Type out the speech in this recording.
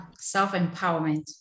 self-empowerment